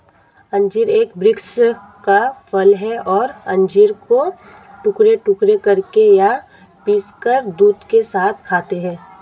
अंजीर एक वृक्ष का फल है और अंजीर को टुकड़े टुकड़े करके या पीसकर दूध के साथ खाते हैं